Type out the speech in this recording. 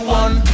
one